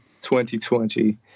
2020